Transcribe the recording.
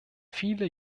viele